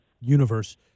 universe